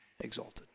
exalted